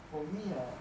for me err